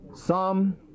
Psalm